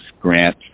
grant